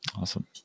Awesome